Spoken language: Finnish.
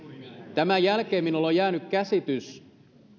tämän jälkeen minulle on jäänyt käsitys